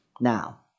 Now